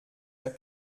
der